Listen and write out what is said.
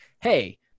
hey